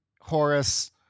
Horace